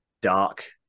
dark